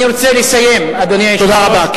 אני רוצה לסיים, אדוני היושב-ראש, תודה רבה.